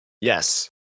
Yes